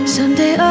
Someday